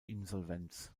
insolvenz